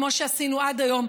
כמו שעשינו עד היום,